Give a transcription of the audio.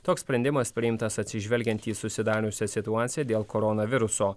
toks sprendimas priimtas atsižvelgiant į susidariusią situaciją dėl koronaviruso